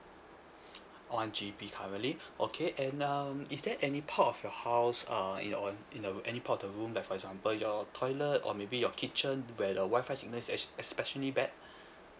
one G_B currently okay and um is there any part of your house uh your know um in the any part of the room like for example your toilet or maybe your kitchen where the WI-FI signal is es~ especially bad